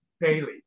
daily